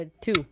two